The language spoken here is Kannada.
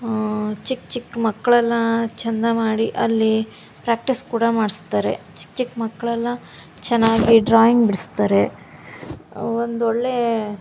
ಚಿಕ್ಕ ಚಿಕ್ಕ ಮಕ್ಕಳೆಲ್ಲ ಚೆಂದ ಮಾಡಿ ಅಲ್ಲಿ ಪ್ರಾಕ್ಟೀಸ್ ಕೂಡ ಮಾಡಿಸ್ತಾರೆ ಚಿಕ್ಕ ಚಿಕ್ಕ ಮಕ್ಕಳೆಲ್ಲ ಚೆನ್ನಾಗೆ ಡ್ರಾಯಿಂಗ್ ಬಿಡಿಸ್ತಾರೆ ಒಂದು ಒಳ್ಳೆ